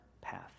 path